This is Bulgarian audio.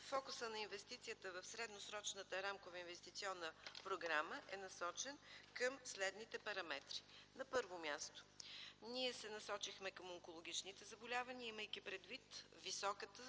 Фокусът на инвестицията в средносрочната рамкова инвестиционна програма е насочен към следните параметри. На първо място, ние се насочихме към онкологичните заболявания, имайки предвид високата